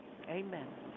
Amen